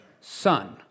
son